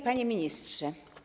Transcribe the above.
Panie Ministrze!